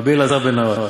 ורבי אלעזר בן ערך.